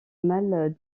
mal